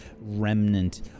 remnant